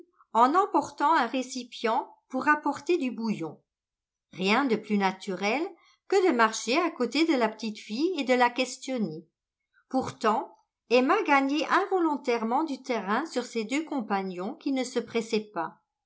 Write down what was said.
en emportant un récipient pour rapporter du bouillon rien de plus naturel que de marcher à côté de la petite fille et de la questionner pourtant emma gagnait involontairement du terrain sur ses deux compagnons qui ne se pressaient pas